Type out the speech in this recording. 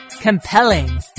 Compelling